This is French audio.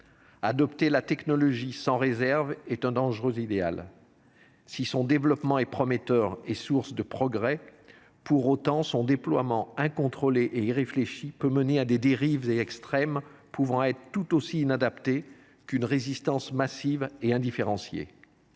Adopter la technologie sans réserve est un dangereux idéal. Si son développement est prometteur et source de progrès, pour autant, son déploiement incontrôlé et irréfléchi peut mener à des dérives extrêmes pouvant être tout aussi inadaptées qu’une résistance massive et indifférenciée.